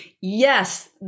Yes